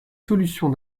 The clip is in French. solutions